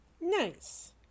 Nice